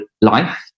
life